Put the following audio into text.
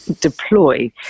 deploy